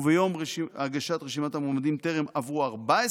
וביום הגשת רשימת המועמדים טרם עברו 14